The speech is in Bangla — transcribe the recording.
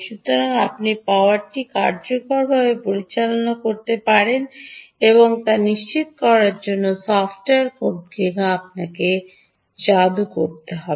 সুতরাং আপনি পাওয়ারটি কার্যকরভাবে পরিচালনা করতে পারেন তা নিশ্চিত করার জন্য সফ্টওয়্যার কোডটি আপনাকে যাদু করতে হবে